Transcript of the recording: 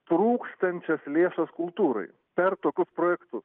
trūkstančias lėšas kultūrai per tokius projektus